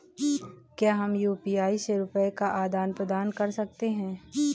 क्या हम यू.पी.आई से रुपये का आदान प्रदान कर सकते हैं?